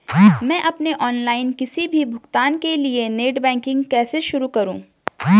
मैं अपने ऑनलाइन किसी भी भुगतान के लिए नेट बैंकिंग कैसे शुरु करूँ?